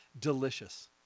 delicious